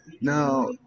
now